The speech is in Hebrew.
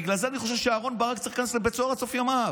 בגלל זה אני חושב שאהרן ברק צריך להיכנס לבית סוהר עד סוף ימיו.